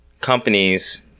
companies